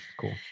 cool